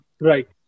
Right